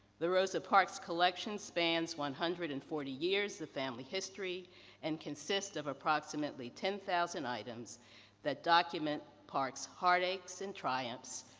the rosa parks collection spans one hundred and forty years of family history and consists of approximately ten thousand items that document parks' heartaches and triumphs,